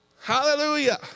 Hallelujah